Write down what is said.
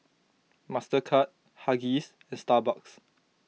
Mastercard Huggies and Starbucks